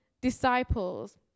disciples